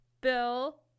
Bill